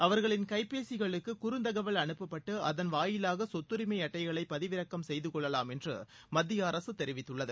அவர்களின் கைப்பேசிகளுக்கு குறுந்தகவல் அனுப்பப்பட்டு அதன் வாயிலாக சொத்தரிமை அட்டைகளை பதிவிறக்கம் செய்து கொள்ளவாம் என்று மத்திய அரசு தெரிவித்துள்ளது